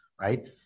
right